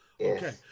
Okay